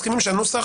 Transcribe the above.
שהנוסח